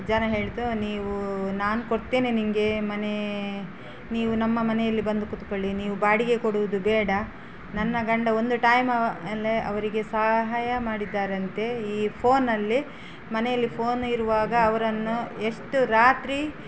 ಜನ ಹೇಳ್ತು ನೀವು ನಾನು ಕೊಡ್ತೇನೆ ನಿನ್ಗೆ ಮನೆ ನೀವು ನಮ್ಮ ಮನೆಯಲ್ಲಿ ಬಂದು ಕೂತುಕೊಳ್ಳಿ ನೀವು ಬಾಡಿಗೆ ಕೊಡುವುದು ಬೇಡ ನನ್ನ ಗಂಡ ಒಂದು ಟೈಮಲ್ಲಿ ಅವರಿಗೆ ಸಹಾಯ ಮಾಡಿದ್ದಾರಂತೆ ಈ ಫೋನಲ್ಲಿ ಮನೆಯಲ್ಲಿ ಫೋನ್ ಇರುವಾಗ ಅವರನ್ನು ಎಷ್ಟು ರಾತ್ರಿ